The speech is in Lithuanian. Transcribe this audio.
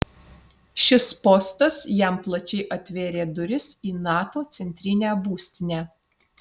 šis postas jam plačiai atvėrė duris į nato centrinę būstinę